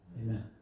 Amen